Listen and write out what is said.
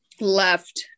left